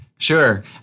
Sure